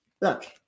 look